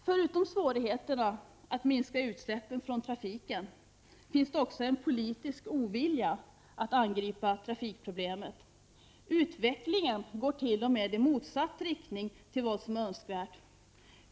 Förutom svårigheterna att minska utsläppen från trafiken, finns det också en politisk ovilja att angripa trafikproblemet. Utvecklingen går t.o.m. i motsatt riktning mot vad som är önskvärt.